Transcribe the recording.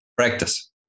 Practice